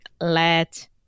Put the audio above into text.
let